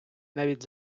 навіть